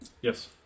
Yes